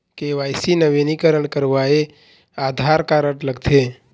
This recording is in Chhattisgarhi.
के.वाई.सी नवीनीकरण करवाये आधार कारड लगथे?